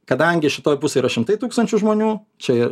kadangi šitoj pusėj yra šimtai tūkstančių žmonių čia